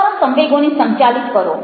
તમારા સંવેગોને સંચાલિત કરો